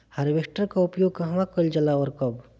Harvester का उपयोग कहवा कइल जाला और कब?